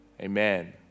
amen